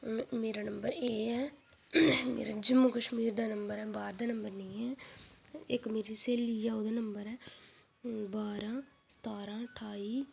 मेरा नम्बर इ'यै ऐ जम्मू कश्मीर दा नम्बर ऐ बाह्र दा नम्बर नेईं ऐ इक मेरी स्हेली ऐ ओह्दा नम्बर ऐ बारां सतारां ठाई